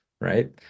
right